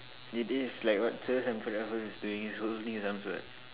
it is like what Sir Stamford Raffles is doing he's holding his arms what